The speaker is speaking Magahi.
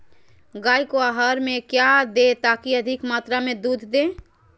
गाय को आहार में क्या दे ताकि अधिक मात्रा मे दूध दे?